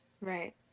Right